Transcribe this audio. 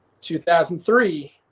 2003